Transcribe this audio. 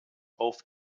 auf